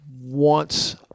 wants